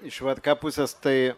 iš vrk pusės tai